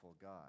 God